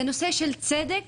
זה נושא של צדק,